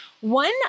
one